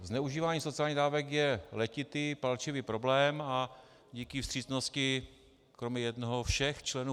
Zneužívání sociálních dávek je letitý palčivý problém a díky vstřícnosti kromě jednoho všech členů